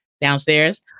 downstairs